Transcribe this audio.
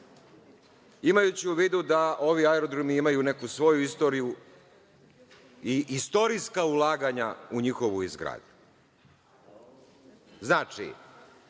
imajući u vidu da ovi aerodromi imaju neku svoju istoriju i istorijska ulaganja u njihovu izgradnju. Znači,